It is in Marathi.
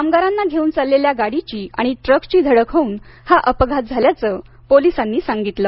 कामगारांना घेऊन चाललेल्या गाडीची आणि ट्रक ची धडक होऊन हा अपघात झाल्याचं पोलिसांनी सांगितलं